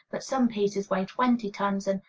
but some pieces weigh twenty tons, and,